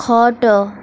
ଖଟ